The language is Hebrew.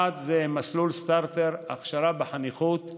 1. מסלול סטרטר, הכשרה בחניכות: